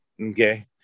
Okay